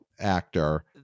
actor